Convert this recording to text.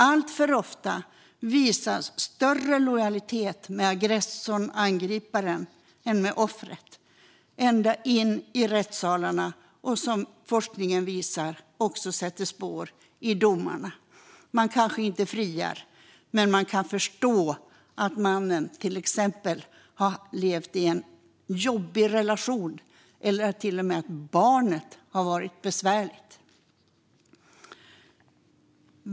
Alltför ofta visas större lojalitet med aggressorn, angriparen, än med offret - ända in i rättssalarna. Som forskningen visar sätter det också spår i domarna. Man kanske inte friar, men det går att förstå att mannen till exempel har levt i en "jobbig" relation eller till och med att barnet har varit "besvärligt".